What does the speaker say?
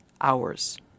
hours